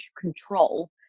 control